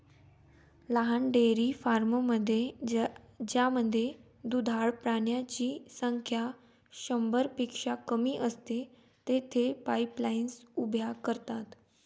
लहान डेअरी फार्ममध्ये ज्यामध्ये दुधाळ प्राण्यांची संख्या शंभरपेक्षा कमी असते, तेथे पाईपलाईन्स उभ्या करतात